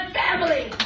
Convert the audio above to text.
family